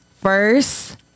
first